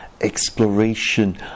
exploration